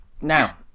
Now